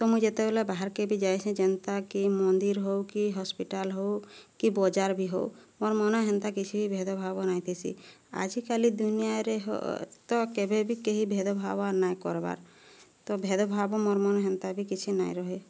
ତ ମୁଇଁ ଯେତେବେଲେ ବାହାର୍କେ ବି ଯାଏ ସେ ଯେନ୍ତାକି ମନ୍ଦିର୍ ହେଉ କି ହସ୍ପିଟାଲ ହେଉ କି ବଜାର ବି ହେଉ ମୋର୍ ମନେ ହେନ୍ତା କିଛି ଭେଦଭାବ ନାଇଁଥିସି ଆଜିକାଲି ଦୁନିଆରେ ହ ତ କେବେ ବି କେହି ଭେଦଭାବ ନାଇଁ କର୍ବାର୍ ତ ଭେଦଭାବ ମୋର୍ ମନେ ହେନ୍ତା ବି କିଛି ନାଇଁ ରୁହେ